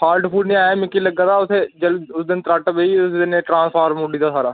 fault फूल्ट निं आया मिकी लग्ग दा उत्थै जे उस दिन त्रट्ट पेई उस दिनै दा ट्रांसफार्म उड्डी दा साढ़ा